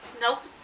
Nope